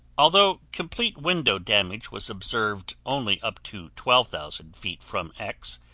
although complete window damage was observed only up to twelve thousand feet from x,